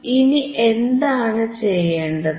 ഇനി എന്താണ് ചെയ്യേണ്ടത്